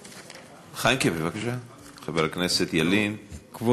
חיימק'ה, בבקשה, חבר הכנסת ילין, אבל